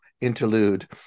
interlude